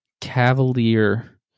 Cavalier